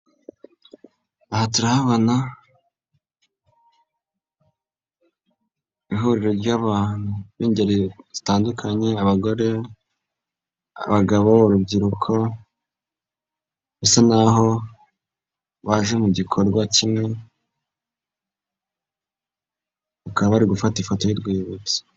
Aha turabana ihuriro ry'abantu b'ingeri zitandukanye, abagore, abagabo, urubyiruko bisa n'aho baje mu gikorwa kimwe bakaba bari gufata ifoto y'urwibutso.